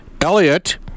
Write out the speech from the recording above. Elliot